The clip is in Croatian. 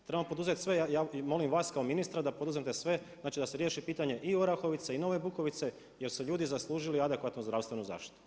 Trebamo poduzet sve i ja molim vas kao ministra da poduzmete sve, znači da se riješi pitanje i Orahovice i Nove Bukovice, jer su ljudi zaslužili adekvatnu zdravstvenu zaštitu.